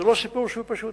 זה לא סיפור שהוא פשוט,